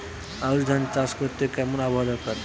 আউশ ধান চাষ করতে কেমন আবহাওয়া দরকার?